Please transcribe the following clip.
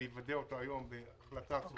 שאני אוודא אותו היום בהחלטה סופית.